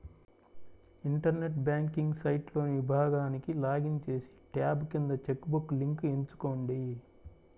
internet banking సైట్లోని విభాగానికి login చేసి, ట్యాబ్ కింద చెక్ బుక్ లింక్ ఎంచుకోండి